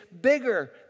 bigger